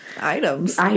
Items